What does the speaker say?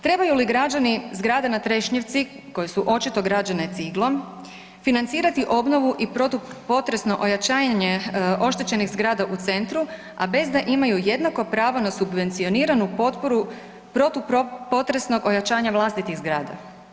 Trebaju li građani zgrada na Trešnjevci koji su očito građene ciglom, financirati obnovu i produkt potresno ojačanja oštećenih zgrada u centru a bez da imaju jednako pravo na subvencioniranu potporu protupotresnog ojačanja vlastitih zgrada?